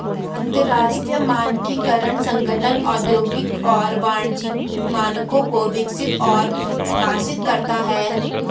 अंतरराष्ट्रीय मानकीकरण संगठन औद्योगिक और वाणिज्यिक मानकों को विकसित और प्रकाशित करता है